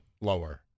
lower